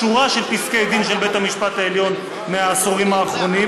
שורה של פסקי דין של בית המשפט העליון מהעשורים האחרונים,